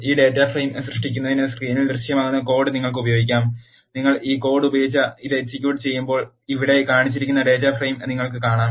ഈ data frame സൃഷ്ടിക്കുന്നതിന് സ്ക്രീനിൽ ദൃശ്യമാകുന്ന കോഡ് നിങ്ങൾക്ക് ഉപയോഗിക്കാം നിങ്ങൾ ഈ കോഡ് ഉപയോഗിച്ച് ഇത് എക്സിക്യൂട്ട് ചെയ്യുമ്പോൾ ഇവിടെ കാണിച്ചിരിക്കുന്ന ഡാറ്റ ഫ്രെയിം നിങ്ങൾ കാണും